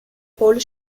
paul